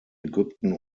ägypten